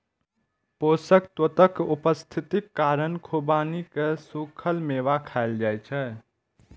पोषक तत्वक उपस्थितिक कारण खुबानी कें सूखल मेवा कहल जाइ छै